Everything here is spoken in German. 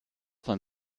von